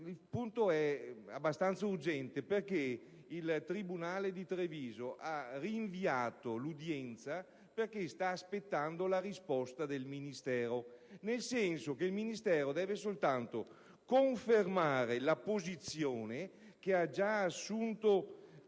La questione è abbastanza urgente perché il tribunale di Treviso ha rinviato l'udienza in quanto sta aspettando la risposta del Ministero, nel senso che il Ministero deve soltanto confermare la posizione che ha già assunto il